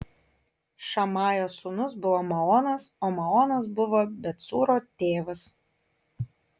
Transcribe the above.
šamajo sūnus buvo maonas o maonas buvo bet cūro tėvas